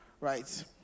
right